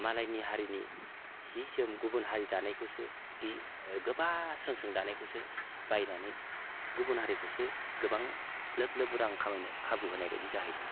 मालायनि हारिनि सि जोम गुबुन हारि दानायखौसो गोबा स्रों स्रों दानायखौसो बायनानै गुबुन हारिखौसो गोबां लोब लोब रां खामायनो खाबु होनाय बायदि जाहैदों